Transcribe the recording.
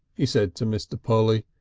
he said to mr. polly.